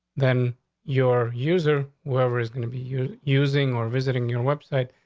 then your user whoever is gonna be you using or visiting your website,